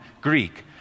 Greek